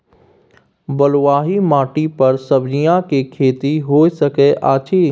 बलुआही माटी पर सब्जियां के खेती होय सकै अछि?